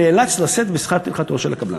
נאלץ לשאת בשכר טרחתו של עורך-הדין.